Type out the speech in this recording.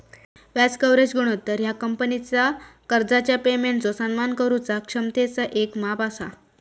व्याज कव्हरेज गुणोत्तर ह्या कंपनीचा कर्जाच्या पेमेंटचो सन्मान करुचा क्षमतेचा येक माप असा